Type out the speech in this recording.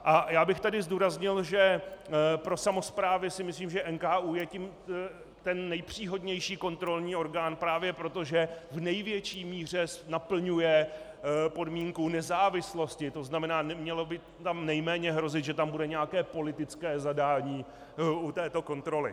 A já bych tady zdůraznil, že pro samosprávy si myslím, že NKÚ je ten nejpříhodnější kontrolní orgán právě proto, že v největší míře naplňuje podmínku nezávislosti, to znamená, mělo by tam nejméně hrozit, že tam bude nějaké politické zadání u této kontroly.